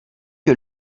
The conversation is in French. que